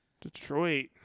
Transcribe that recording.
Detroit